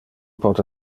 pote